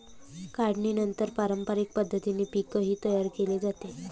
काढणीनंतर पारंपरिक पद्धतीने पीकही तयार केले जाते